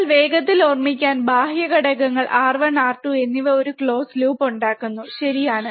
എന്നാൽ വേഗത്തിൽ ഓർമ്മിക്കാൻ ബാഹ്യ ഘടകങ്ങൾ R1 R2 എന്നിവ ഒരു ക്ലോസ് ലൂപ്പ് ഉണ്ടാക്കുന്നു ശരിയാണ്